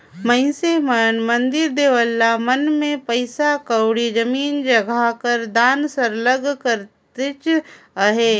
मइनसे मन मंदिर देवाला मन में पइसा कउड़ी, जमीन जगहा कर दान सरलग करतेच अहें